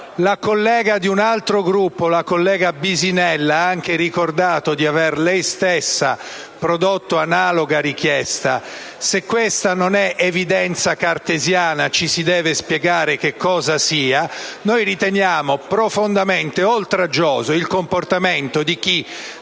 una collega di un altro Gruppo, la collega Bisinella, ha ricordato di aver lei stessa prodotto analoga richiesta. Se questa non è evidenza cartesiana, ci si deve spiegare che cosa sia. Noi riteniamo profondamente oltraggioso il comportamento di chi,